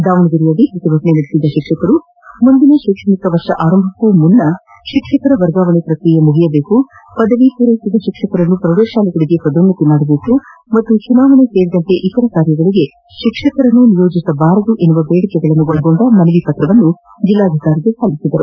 ದಾವಣಗೆರೆಯಲ್ಲಿ ಪ್ರತಿಭಟನೆ ನಡೆಸಿದ ಶಿಕ್ಷಕರು ಮುಂದಿನ ಶೈಕ್ಷಣಿಕ ವರ್ಷ ಆರಂಭಕ್ಕೂ ಮುನ್ನ ಶಿಕ್ಷಕರ ವರ್ಗಾವಣೆ ಪ್ರಕ್ರಿಯೆ ಮುಗಿಯಬೇಕು ಪದವಿ ಪೂರೈಸಿದ ಶಿಕ್ಷಕರನ್ನು ಪ್ರೌಢಶಾಲೆಗಳಿಗೆ ಪದೋನ್ನತಿ ಮಾಡಬೇಕು ಮತ್ತು ಚುನಾವಣೆ ಸೇರಿದಂತೆ ಇತರೆ ಕಾರ್ಯಗಳಿಗೆ ಶಿಕ್ಷಕರನ್ನು ನಿಯೋಜಿಸಬಾರದು ಎಂಬ ಬೇಡಿಕೆಗಳನ್ನು ಒಳಗೊಂಡ ಮನವಿ ಪತ್ರವನ್ನು ಜಲ್ಲಾಧಿಕಾರಿಗಳಿಗೆ ಸಲ್ಲಿಸಿದರು